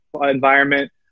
environment